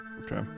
Okay